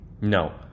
No